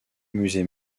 musée